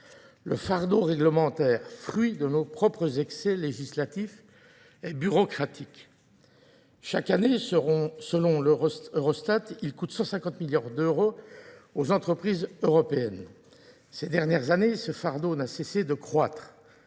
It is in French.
Le fardeau réglementaire, fruit de nos propres excès législatifs, est bureaucratique. Chaque année, selon l'Eurostat, il coûte 150 milliards d'euros aux entreprises européennes. Ces dernières années, ce fardeau n'a cessé de croître.